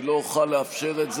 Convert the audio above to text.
אני לא אוכל לאפשר את זה.